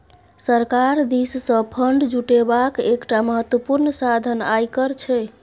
सरकार दिससँ फंड जुटेबाक एकटा महत्वपूर्ण साधन आयकर छै